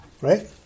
Right